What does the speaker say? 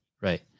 right